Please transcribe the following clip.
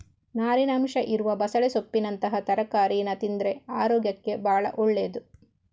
ನಾರಿನ ಅಂಶ ಇರುವ ಬಸಳೆ ಸೊಪ್ಪಿನಂತಹ ತರಕಾರೀನ ತಿಂದ್ರೆ ಅರೋಗ್ಯಕ್ಕೆ ಭಾಳ ಒಳ್ಳೇದು